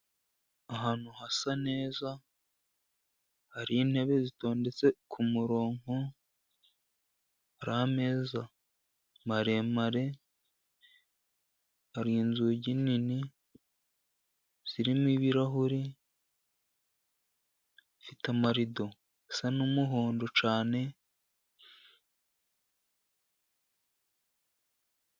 Ahantu hasa neza hari intebe zitondetse k'umurongo. Hari ameza maremare, hari inzugi nini zirimo ibirahuri, ifite amarido asa n'umuhondo cyane.